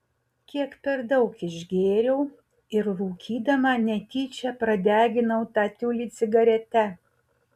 kiek per daug išgėriau ir rūkydama netyčia pradeginau tą tiulį cigarete